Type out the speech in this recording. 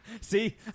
See